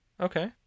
Okay